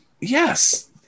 Yes